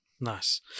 Nice